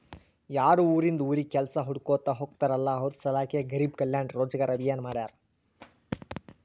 ಯಾರು ಉರಿಂದ್ ಉರಿಗ್ ಕೆಲ್ಸಾ ಹುಡ್ಕೋತಾ ಹೋಗ್ತಾರಲ್ಲ ಅವ್ರ ಸಲ್ಯಾಕೆ ಗರಿಬ್ ಕಲ್ಯಾಣ ರೋಜಗಾರ್ ಅಭಿಯಾನ್ ಮಾಡ್ಯಾರ್